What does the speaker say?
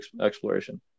exploration